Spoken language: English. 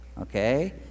Okay